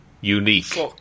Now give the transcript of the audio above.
Unique